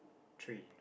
tree